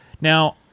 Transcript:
Now